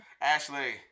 ashley